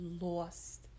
lost